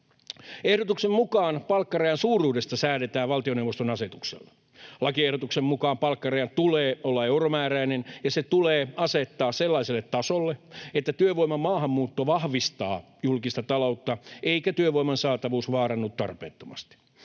Ehdotuksen mukaan palkkarajan suuruudesta säädetään valtioneuvoston asetuksella. Lakiehdotuksen mukaan palkkarajan tulee olla euromääräinen ja se tulee asettaa sellaiselle tasolle, että työvoiman maahanmuutto vahvistaa julkista taloutta eikä työvoiman saatavuus vaarannu tarpeettomasti.